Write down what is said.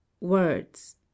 words